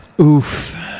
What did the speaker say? Oof